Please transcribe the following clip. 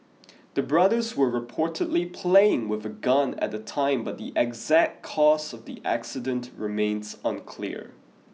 the brothers were reportedly playing with a gun at the time but the exact cause of the accident remains unclear